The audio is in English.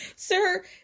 Sir